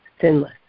sinless